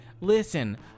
listen